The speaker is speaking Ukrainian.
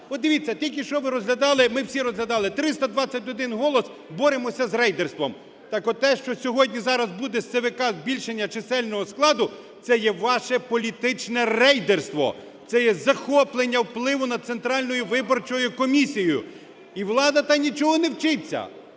От дивіться, тільки що ви розглядали, ми всі розглядали, 321 голос, боремося з рейдерством. Так от, те, що сьогодні, зараз буде з ЦВК, збільшення чисельного складу – це є ваше політичне рейдерство, це є захоплення впливу над Центральною виборчою комісією. І влада та нічого не вчиться.